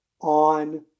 on